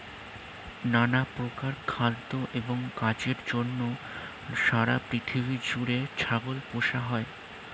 নানা প্রকার খাদ্য এবং কাজের জন্য সারা পৃথিবী জুড়ে ছাগল পোষা হয়